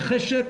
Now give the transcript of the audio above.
החשק,